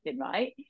right